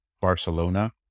barcelona